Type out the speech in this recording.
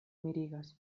mirigas